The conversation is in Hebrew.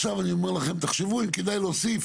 עכשיו אני אומר לכם, תחשבו אם כדאי להוסיף